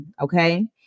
okay